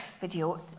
video